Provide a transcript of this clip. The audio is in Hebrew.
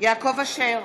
יעקב אשר,